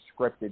scripted